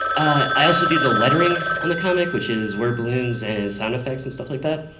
i also do the lettering on the comic which is word balloons and sounds effects and stuff like that.